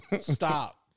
stop